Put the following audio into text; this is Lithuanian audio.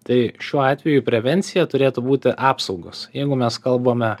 tai šiuo atveju prevencija turėtų būti apsaugos jeigu mes kalbame